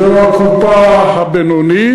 זו הקופה הבינונית,